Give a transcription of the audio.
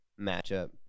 matchup